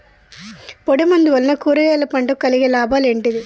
పొడిమందు వలన కూరగాయల పంటకు కలిగే లాభాలు ఏంటిది?